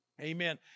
Amen